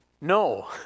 No